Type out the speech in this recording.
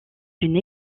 une